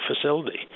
facility